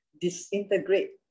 disintegrate